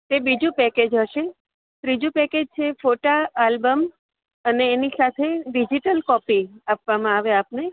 તે બીજું પેકેજ હશે ત્રીજું પેકેજ છે ફોટા આલબમ અને એની સાથે ડિજિટલ કોપી આપવામાં આવે આપને